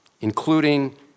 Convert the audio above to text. including